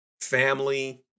family